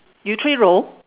you three row